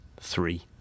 three